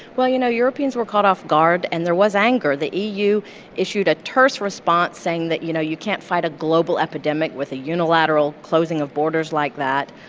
well, you know, europeans were caught off guard, and there was anger. the eu issued a terse response, saying that, you know, you can't fight a global epidemic with a unilateral closing of borders like that.